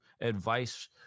advice